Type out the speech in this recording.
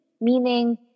Meaning